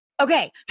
Okay